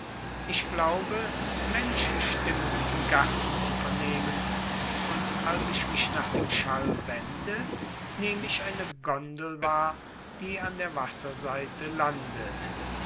ich glaube menschenstimmen im garten zu vernehmen und als ich mich nach dem schall wende nehme ich eine gondel wahr die an der wasserseite landet